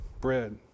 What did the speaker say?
bread